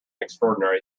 extraordinary